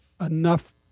enough